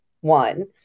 one –